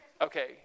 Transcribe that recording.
Okay